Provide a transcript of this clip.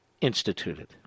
instituted